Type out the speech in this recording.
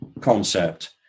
concept